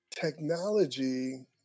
technology